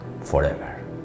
forever